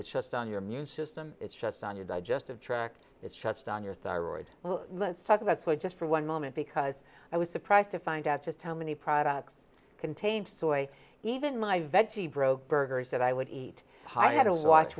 it's just on your immune system it's just on your digestive track it shuts down your thyroid well let's talk about just for one moment because i was surprised to find out just how many products contained even my veggie broke burgers that i would eat high had a watch